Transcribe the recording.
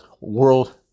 world